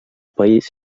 país